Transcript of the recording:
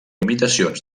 imitacions